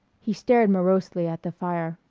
he stared morosely at the fire.